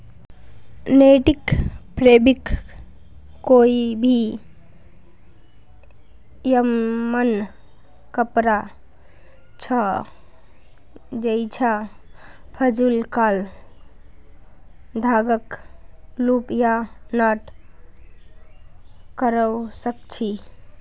netting fabric कोई भी यममन कपड़ा छ जैइछा फ़्यूज़ क्राल धागाक लूप या नॉट करव सक छी